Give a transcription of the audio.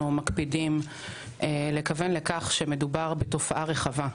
מקפידים לכוון לכך שמדובר בתופעה רחבה,